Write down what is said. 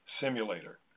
simulator